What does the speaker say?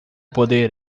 poder